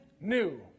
new